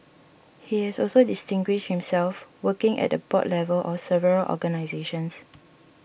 he has also distinguished himself working at the board level of several organisations